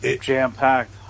jam-packed